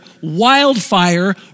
wildfire